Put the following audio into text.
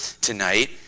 tonight